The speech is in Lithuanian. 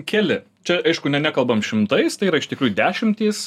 keli čia aišku ne nekalbam šimtais tai yra iš tikrųjų dešimtys